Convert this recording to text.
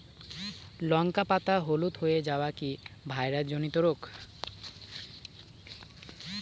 লঙ্কা পাতা হলুদ হয়ে যাওয়া কি ভাইরাস জনিত রোগ?